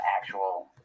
actual